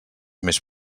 més